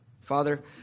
Father